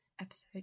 episode